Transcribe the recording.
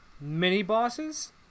mini-bosses